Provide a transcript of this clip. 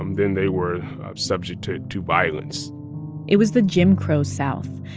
um then they were subject to to violence it was the jim crow south.